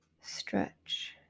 stretch